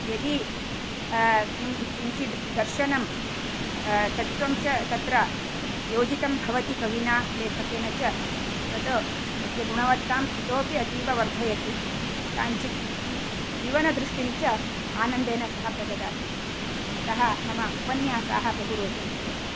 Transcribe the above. यदि किं किञ्चिद् दर्शनं तत्त्वं च तत्र योजितं भवति कविना लेखकेन च तत तस्य गुणवत्तां इतोऽपि अतीव वर्धयति काञ्चित् जीवनदृष्टिं च आनन्देन सह प्रददाति अतः मम उपन्यासाः बहु रोचन्ते